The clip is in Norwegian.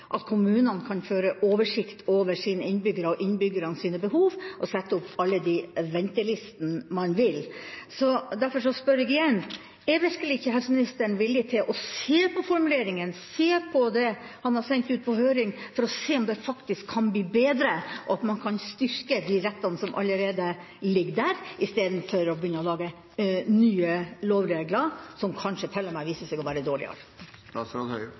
at kommunene kan føre oversikt over sine innbyggere og innbyggernes behov og sette opp alle de ventelistene man vil. Derfor spør jeg igjen: Er virkelig ikke helseministeren villig til å se på formuleringene, se på det han har sendt ut på høring, for å se om det faktisk kan bli bedre, og at man kan styrke de rettighetene som allerede ligger der, istedenfor å begynne å lage nye lovregler som kanskje til og med viser seg å være dårligere?